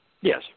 Yes